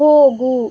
ಹೋಗು